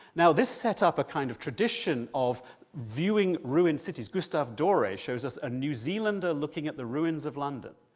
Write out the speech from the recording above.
now, this set up a kind of tradition of viewing ruined cities. gustave dore shows us a new zealander looking at the ruins of london,